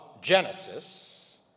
Genesis